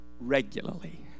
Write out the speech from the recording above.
regularly